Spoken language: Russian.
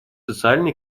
социально